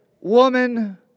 woman